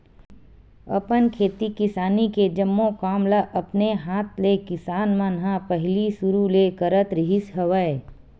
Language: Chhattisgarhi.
अपन खेती किसानी के जम्मो काम ल अपने हात ले किसान मन ह पहिली सुरु ले करत रिहिस हवय